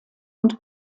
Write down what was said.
und